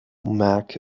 mark